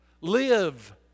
Live